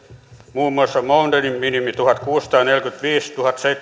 muun muassa maunderin minimi tuhatkuusisataaneljäkymmentäviisi